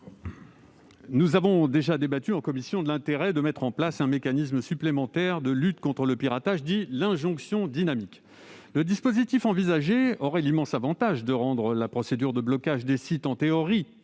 Nous avons déjà débattu en commission de l'intérêt de mettre en place un mécanisme supplémentaire de lutte contre le piratage, dit « injonction dynamique ». Un tel dispositif aurait l'immense avantage, en théorie, de rendre la procédure de blocage des sites plus rapide,